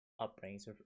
upbringings